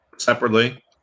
separately